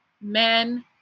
men